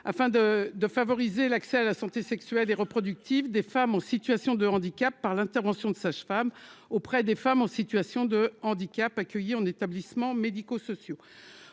afin de de favoriser l'accès à la santé sexuelle et reproductive des femmes en situation de handicap par l'intervention de sage-femme auprès des femmes en situation de handicap accueillis en établissements médico-sociaux,